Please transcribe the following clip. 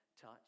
touch